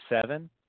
seven